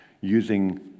using